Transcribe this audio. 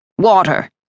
Water